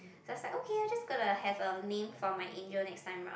just like okay I just gonna have a name for my angel next time round